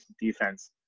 defense